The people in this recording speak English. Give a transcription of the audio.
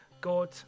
God